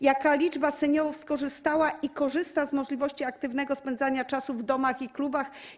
Jaka liczba seniorów skorzystała i korzysta z możliwości aktywnego spędzania czasu w domach i klubach?